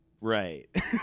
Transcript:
Right